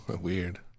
Weird